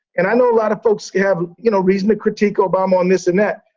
and i know a lot of folks have, you know, reason to critique obama on this and that.